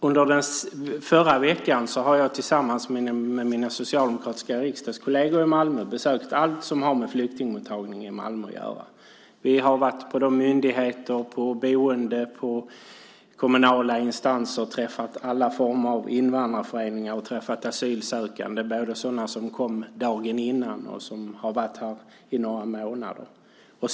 Under förra veckan besökte jag tillsammans med mina socialdemokratiska riksdagskolleger i Malmö allt som har med flyktingmottagning i Malmö att göra. Vi har varit på myndigheter, boenden och kommunala instanser och vi har träffat alla former av invandrarföreningar. Vi har också träffat asylsökande, både som hade kommit dagen innan och som hade varit här i några månader.